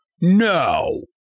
No